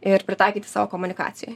ir pritaikyti savo komunikacijoj